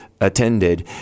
attended